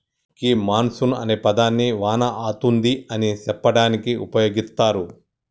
గీ monsoon అనే పదాన్ని వాన అతుంది అని సెప్పడానికి ఉపయోగిత్తారు